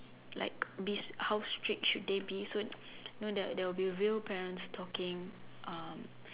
like be how strict should they be so you know there will be real parents talking um